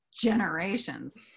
generations